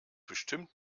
bestimmt